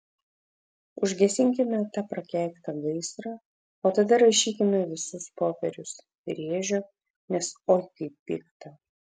užgesinkime tą prakeiktą gaisrą o tada rašykime visus popierius rėžiu nes oi kaip pikta